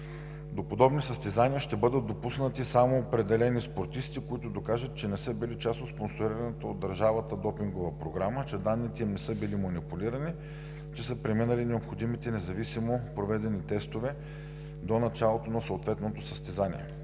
До подобни състезания ще бъдат допуснати само определени спортисти, които докажат, че не са били част от спонсорираната от държавата Допингова програма, че данните им не са били манипулирани, че са преминали необходимите независими проведени тестове до началото на съответното състезание,